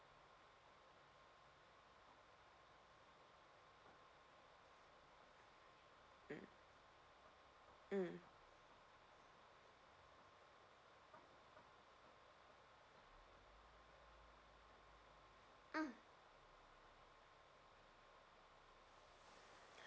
mm mm mm